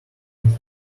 keeps